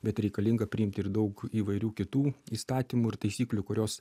bet reikalinga priimti ir daug įvairių kitų įstatymų ir taisyklių kurios